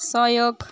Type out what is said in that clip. सहयोग